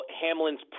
Hamlin's